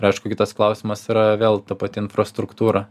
aišku kitas klausimas yra vėl ta pati infrastruktūra